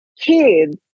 kids